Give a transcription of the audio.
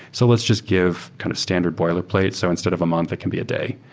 so let's just give kind of standard boilerplate. so instead of a month, it can be a day.